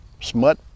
smut